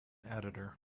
editor